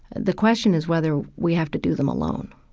the question is whether we have to do them alone.